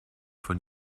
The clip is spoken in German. von